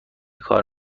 کار